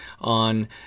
on